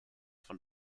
von